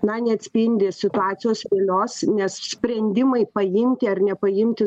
na neatspindi situacijos realios nes sprendimai paimti ar nepaimti